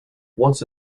once